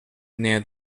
near